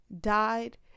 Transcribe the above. died